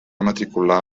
matricular